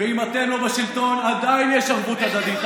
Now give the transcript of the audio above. ואם אתם לא בשלטון עדיין יש ערבות הדדית.